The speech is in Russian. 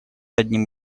одним